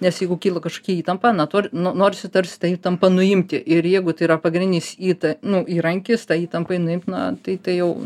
nes jeigu kyla kažkokia įtampa na tuor no norisi tarsi tą įtampą nuimti ir jeigu tai yra pagrindinis įta nu įrankis ta įtampa jinai na tai tai jau